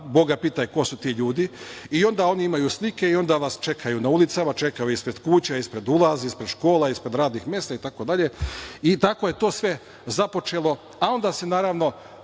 boga pitaj ko su ti ljudi i onda oni imaju slike pa vas čekaju na ulicama, čekaju ispred kuća, ispred ulaza, ispred škola, ispred radnih mesta, itd. Tako je to sve započelo. A onda se, naravno,